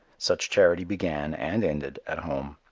such charity began, and ended, at home.